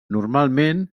normalment